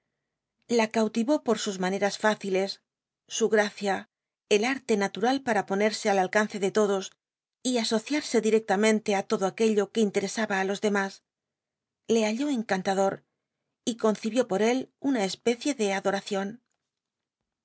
la cautiró por sus maneras f icilcs su gacia el arlo natwal paa ponerse al alcance de todos y asociarse directamente ti todo aquello jue interesaba í los demas le halló encantador y concibió por él una especie de ad